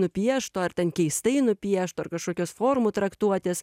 nupiešto ar ten keistai nupiešto ar kažkokios formų traktuotės